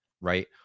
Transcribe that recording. Right